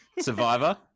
Survivor